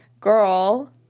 girl